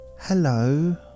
Hello